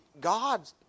God